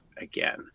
again